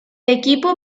equipo